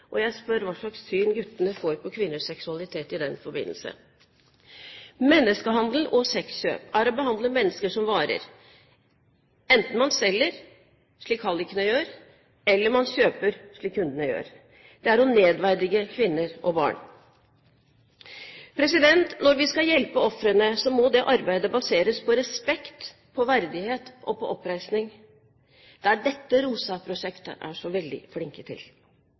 og jeg spør meg hva slags syn guttene får på kvinners seksualitet i den forbindelse. Menneskehandel og sexkjøp er å behandle mennesker som varer – enten man selger, slik hallikene gjør, eller man kjøper, slik kundene gjør. Det er å nedverdige kvinner og barn. Når vi skal hjelpe ofrene, så må det arbeidet baseres på respekt, på verdighet og på oppreisning. Det er dette ROSA-prosjektet er så veldig flinke til.